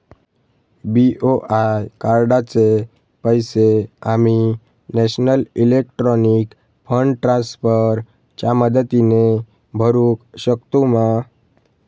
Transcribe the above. BOI कार्डाचे पैसे आम्ही नेशनल इलेक्ट्रॉनिक फंड ट्रान्स्फर च्या मदतीने भरुक शकतू मा?